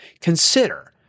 Consider